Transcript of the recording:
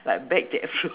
like bad jackfruit